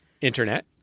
internet